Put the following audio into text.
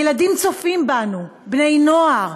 ילדים צופים בנו, בני נוער,